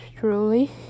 truly